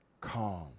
calm